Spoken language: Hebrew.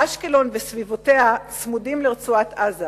אשקלון וסביבותיה צמודות לרצועת-עזה